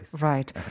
Right